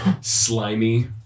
slimy